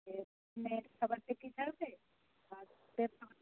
খাবারটা কি